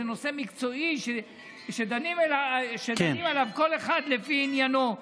זה נושא מקצועי שדנים עליו כל אחד לפי עניינו.